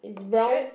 shirt